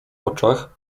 oczach